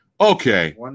Okay